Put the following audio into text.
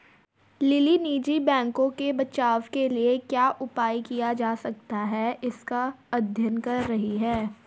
lily निजी बैंकों के बचाव के लिए क्या उपाय किया जा सकता है इसका अध्ययन कर रही है